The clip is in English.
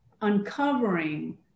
uncovering